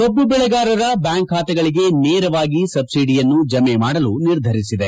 ಕಬ್ಬು ಬೆಳೆಗಾರರ ಬ್ಯಾಂಕ್ ಖಾತೆಗಳಿಗೆ ನೇರವಾಗಿ ಸಬ್ಬಿಡಿಯನ್ನು ಜಮೆ ಮಾಡಲು ನಿರ್ಧರಿಸಿದೆ